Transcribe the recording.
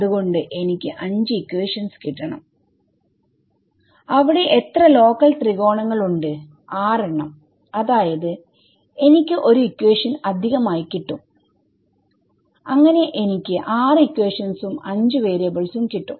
അത് കൊണ്ട് എനിക്ക് 5 ഇക്വേഷൻസ് കിട്ടണം